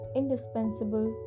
indispensable